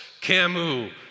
Camus